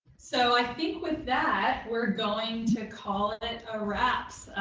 so i think with that, we're going to call it a wraps.